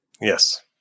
Yes